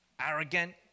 arrogant